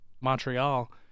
Montreal